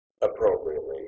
Appropriately